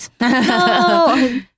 No